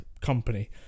company